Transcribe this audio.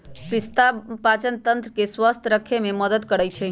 पिस्ता पाचनतंत्र के स्वस्थ रखे में मदद करई छई